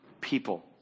people